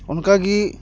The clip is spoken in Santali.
ᱚᱱᱠᱟᱜᱮ